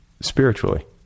spiritually